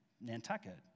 Nantucket